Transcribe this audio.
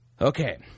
Okay